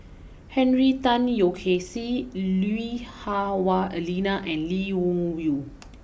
Henry Tan Yoke see Lui Hah Wah Elena and Lee Wung Yew